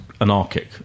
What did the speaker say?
anarchic